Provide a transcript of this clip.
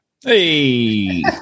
Hey